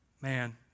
Man